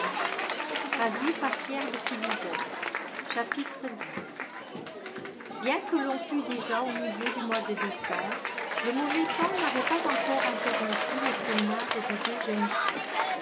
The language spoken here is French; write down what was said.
bien que l'on fût déjà au milieu du mois de décembre le mauvais temps n'avait pas encore interrompu les promenades des deux jeunes filles